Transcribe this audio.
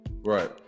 Right